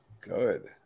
Good